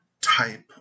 type